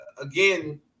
again